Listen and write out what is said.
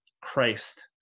Christ